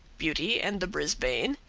beauty and the brisbane,